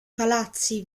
palazzi